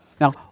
Now